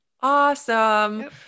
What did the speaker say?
Awesome